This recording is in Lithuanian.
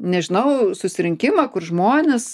nežinau susirinkimą kur žmonės